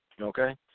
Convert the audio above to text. okay